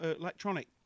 electronic